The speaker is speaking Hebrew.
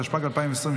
התשפ"ג 2023,